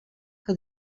que